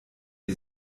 die